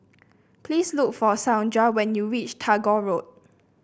please look for Saundra when you reach Tagore Road